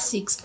Six